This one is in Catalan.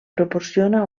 proporciona